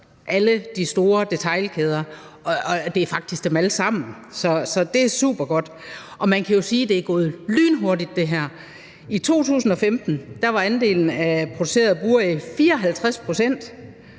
alle de store detailkæder, og det er faktisk dem alle sammen, så det er supergodt. Og man kan jo sige, at det her er gået lynhurtigt: I 2015 var andelen af buræg 54 pct.